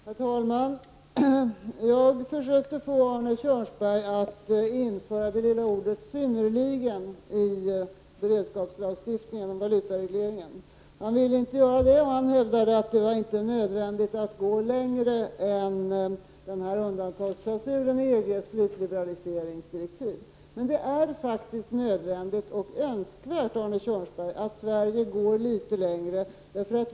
Herr talman! Jag försökte få Arne Kjörnsberg att införa det lilla ordet synnerligen i beredskapslagstiftningen om valutaregleringen. Han ville inte göra det, och han hävdade att det inte var nödvändigt att gå längre än undantagsklausulen i EGs slutliberaliseringsdirektiv. Men det är faktiskt nödvändigt och önskvärt, Arne Kjörnsberg, att Sverige går litet längre.